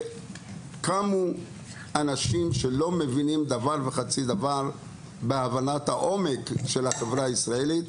וקמו אנשים שלא מבינים דבר וחצי דבר בעומק של החברה הישראלית,